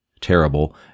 terrible